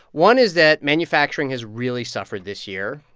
one is that manufacturing has really suffered this year,